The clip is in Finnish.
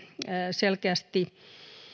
selkeästi